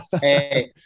hey